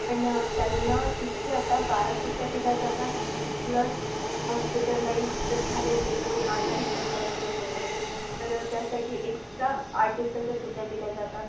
पण त्यांना तिथे आता बारा सुट्ट्या दिल्या जातात प्लस हॉस्पिटलाइज्ड झाले ते कोणी आजारी पडलं असेल वगैरे तर त्यासाठी एक्सट्रा आठ दिवसाच्या सुट्ट्या दिल्या जातात